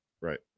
right